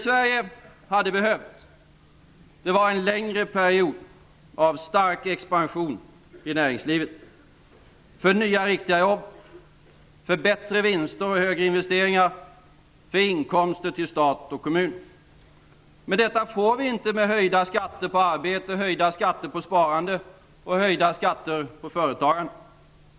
Sverige behövde en längre period av stark expansion i näringslivet, för att skapa nya riktiga jobb, för bättre vinster och högre investeringar, för inkomster till stat och kommun. Men detta får vi inte med höjda skatter på arbete, sparande och företagande.